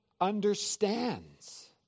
understands